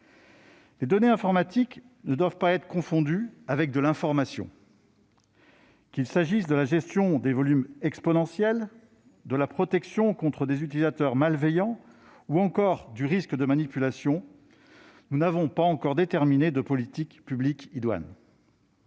Les données informatiques ne doivent pas être confondues avec de l'information. Qu'il s'agisse de la gestion de volumes exponentiels, de la protection contre des utilisateurs malveillants ou encore du risque de manipulation, nous n'avons pas encore déterminé de politique publique idoine.